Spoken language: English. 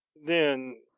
then,